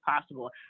possible